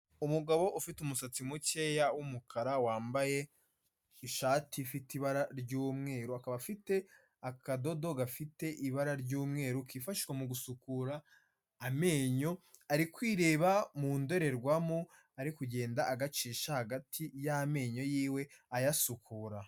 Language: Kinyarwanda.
Umugabo ufite umusatsi mukeya w'umukara, wambaye ishati ifite ibara ry'umweru, akaba afite akadodo gafite ibara ry'umweru kifashishwa mu gusukura amenyo, ari kwireba mu ndorerwamo, ari kugenda agacisha hagati y'amenyo y'iwe ayasukura.